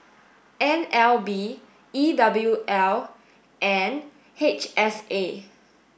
N L B E W L and H S A